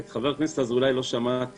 את חבר הכנסת אזולאי לא שמעתי.